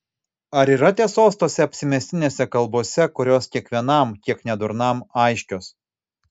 ar yra tiesos tose apsimestinėse kalbose kurios kiekvienam kiek nedurnam aiškios